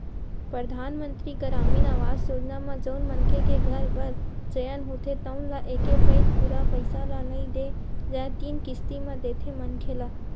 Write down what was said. परधानमंतरी गरामीन आवास योजना म जउन मनखे के घर बर चयन होथे तउन ल एके पइत पूरा पइसा ल नइ दे जाए तीन किस्ती म देथे मनखे ल